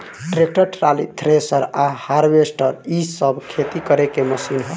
tractor, trolley, thresher आ harvester इ सब खेती करे के मशीन ह